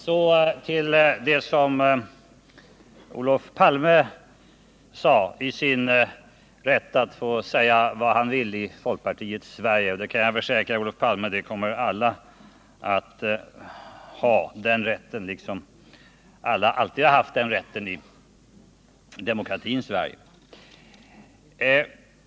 Så till det som Olof Palme framhöll, med den rätt han har att få säga vad han vill i folkpartiets Sverige — och jag kan försäkra Olof Palme att den rätten kommer alla att ha liksom alla alltid haft den i demokratins Sverige.